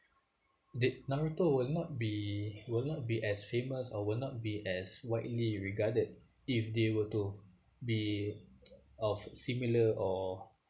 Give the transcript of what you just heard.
did naruto will not be will not be as famous or will not be as widely regarded if they were to be of similar or